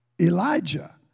Elijah